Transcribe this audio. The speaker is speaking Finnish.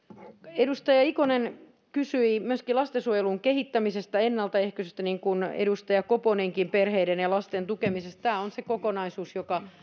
edustaja ikonen kysyi myöskin lastensuojelun kehittämisestä ennaltaehkäisystä niin kuin edustaja koponenkin perheiden ja lasten tukemisesta tämä on se kokonaisuus joka